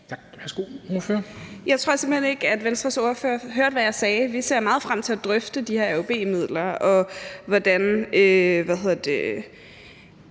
tror simpelt hen ikke, at Venstres ordfører hørte, hvad jeg sagde. Vi ser meget frem til at drøfte de her AUB-midler, og hvordan